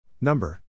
Number